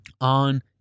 on